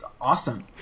awesome